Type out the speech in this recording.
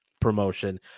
promotion